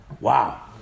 Wow